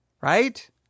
right